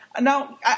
Now